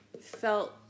felt